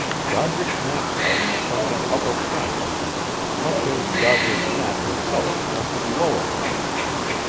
doddridge knapp's house fronted upper pine street much as doddridge knapp himself fronted lower pine street.